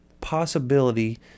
possibility